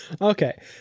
Okay